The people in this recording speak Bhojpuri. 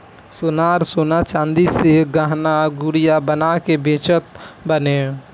सोनार सोना चांदी से गहना गुरिया बना के बेचत बाने